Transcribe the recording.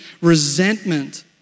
resentment